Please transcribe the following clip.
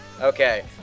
Okay